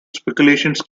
speculations